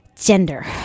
gender